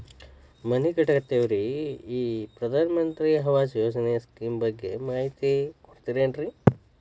ಮನಿ ಕಟ್ಟಕತೇವಿ ರಿ ಈ ಪ್ರಧಾನ ಮಂತ್ರಿ ಆವಾಸ್ ಯೋಜನೆ ಸ್ಕೇಮ್ ಬಗ್ಗೆ ಮಾಹಿತಿ ಕೊಡ್ತೇರೆನ್ರಿ?